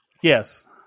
Yes